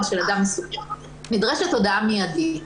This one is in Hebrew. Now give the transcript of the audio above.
של אדם מסוכן ולכן נדרשת הודעה מיידית.